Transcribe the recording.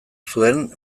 zuen